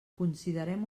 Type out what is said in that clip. considerem